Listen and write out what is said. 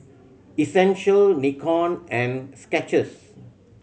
Essential Nikon and Skechers